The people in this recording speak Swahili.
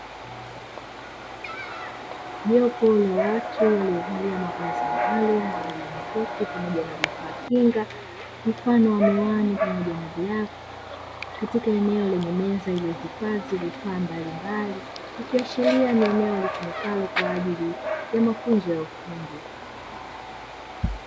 Jopo la watu waliovalia mavazi maalumu aina ya makoti pamoja na vifaa kinga, mfano wa miwani pamoja na glavu. katika eneo lenye meza iliyohifadhi vifaa mbalimbali, ikiashiria ni eneo litumikalo kwa ajili ya mafunzo ya ufundi.